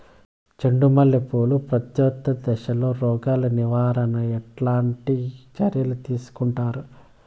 చెండు మల్లె పూలు ప్రత్యుత్పత్తి దశలో రోగాలు నివారణకు ఎట్లాంటి చర్యలు తీసుకుంటారు?